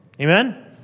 Amen